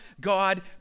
God